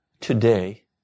today